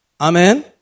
Amen